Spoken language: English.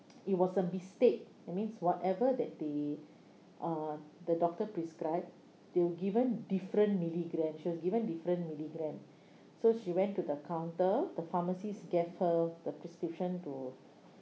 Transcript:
it was a mistake that means whatever that they uh the doctor prescribed they were given different milligrams she was given different milligram so she went to the counter the pharmacist gave her the prescription to